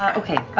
um okay,